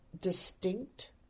distinct